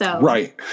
Right